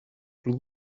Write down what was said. blue